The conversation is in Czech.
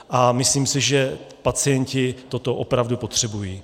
A myslím si, že pacienti toto opravdu potřebují.